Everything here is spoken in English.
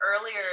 earlier